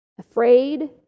Afraid